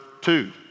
two